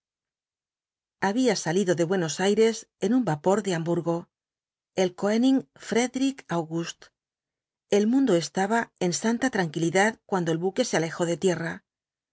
había salido de buenos aires en un vapor de hamburgo el koenig fredric august el mundo estaba en santa tranquilidad cuando ei buque se alejó de tierra sólo